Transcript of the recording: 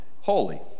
Holy